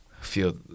feel